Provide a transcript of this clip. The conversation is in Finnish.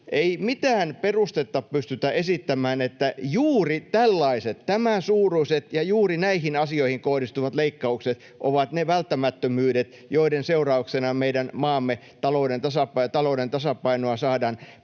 ei mitään perustetta pystytä esittämään, että juuri tällaiset, tämänsuuruiset ja juuri näihin asioihin kohdistuvat leikkaukset ovat ne välttämättömyydet, joiden seurauksena meidän maamme talouden tasapainoa saadaan